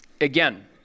Again